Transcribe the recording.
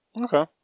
Okay